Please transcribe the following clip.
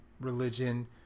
religion